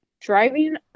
Driving